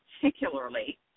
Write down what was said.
particularly